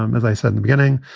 um as i said, the beginning,